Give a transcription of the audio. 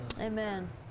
Amen